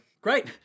Great